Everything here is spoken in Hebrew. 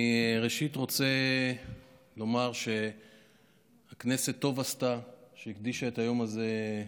אני ראשית רוצה לומר שטוב עשתה הכנסת שהקדישה את היום הזה,